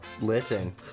listen